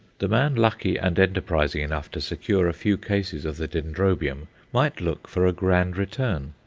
the man lucky and enterprising enough to secure a few cases of the dendrobium might look for a grand return.